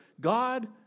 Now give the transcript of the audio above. God